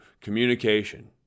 communication